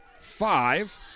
five